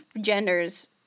genders